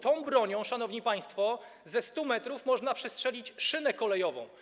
Tą bronią, szanowni państwo, ze 100 m można przestrzelić szynę kolejową.